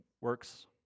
Works